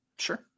Sure